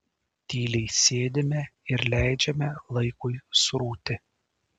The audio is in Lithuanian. tyliai sėdime ir leidžiame laikui srūti